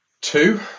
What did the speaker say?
Two